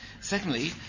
Secondly